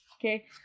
Okay